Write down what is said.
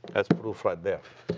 that's proof right there.